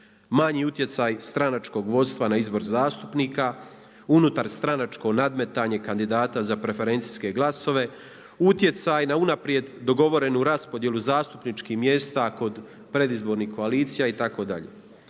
manji utjecaj stranačkog vodstva na izbor zastupnika, unutar stranačko nadmetanje kandidata za preferencijske glasove, utjecaj na unaprijed dogovorenu raspodjelu zastupničkih mjesta kod predizbornih koalicija itd..